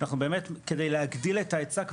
כדי להגדיל את ההיצע,